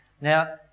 Now